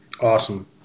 Awesome